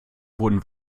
wurden